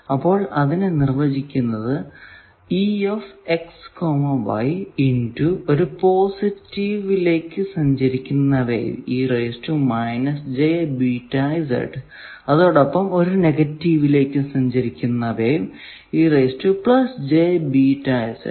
അപ്പോൾ അതിനെ നിർവചിക്കുന്നത് ഇൻ ടു ഒരു പോസിറ്റീവിലേക്ക് സഞ്ചരിക്കുന്ന വേവ് അതോടൊപ്പം ഒരു നെഗറ്റീവിലേക്കു സഞ്ചരിക്കുന്ന വേവ്